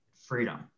freedom